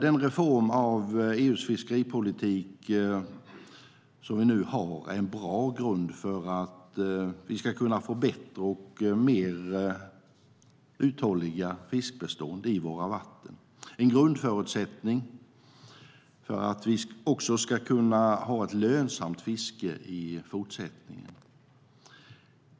Den reform av EU:s fiskeripolitik vi nu har är en bra grund för att vi ska kunna få bättre och mer uthålliga fiskbestånd i våra vatten. Det är en grundförutsättning för att vi ska kunna ha ett lönsamt fiske även i fortsättningen.